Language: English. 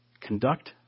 Conduct